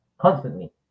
constantly